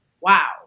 wow